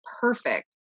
perfect